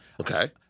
Okay